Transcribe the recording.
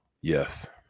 Yes